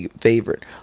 favorite